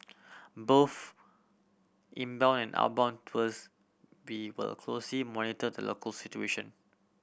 both inbound and outbound tours we will closely monitor the local situation